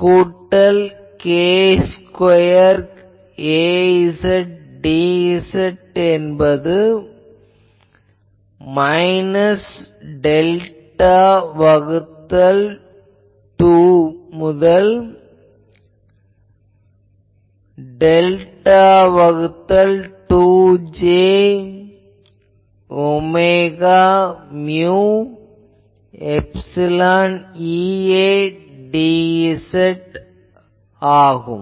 கூட்டல் k square Az dz என்பது minus delta வகுத்தல் 2 முதல் டெல்டா வகுத்தல் 2 j omega mu epsilon EA dz ஆகும்